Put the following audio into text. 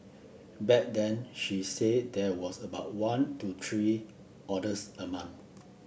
back then she said there was about one to three orders a month